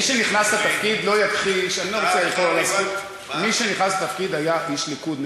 מי שנכנס לתפקיד לא יכחיש שהיה איש ליכוד,